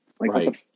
right